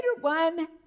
one